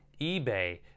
eBay